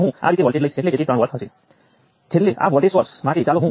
હવે આપણી પાસે G13 તેમજ G13 વત્તા G23 વત્તા G33 હશે